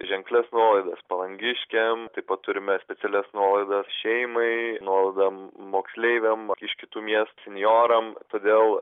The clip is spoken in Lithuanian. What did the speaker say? ženklias nuolaidas palangiškiam taip pat turime specialias nuolaidas šeimai nuolaidą moksleiviam iš kitų miestų senjoram todėl